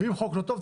אם חוק לא טוב,